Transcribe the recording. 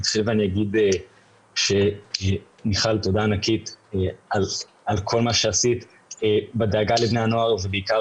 אני אומר למיכל תודה ענקית על כל מה שעשית בדאגה לבני הנוער ובעיקר